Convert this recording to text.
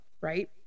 right